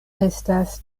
estas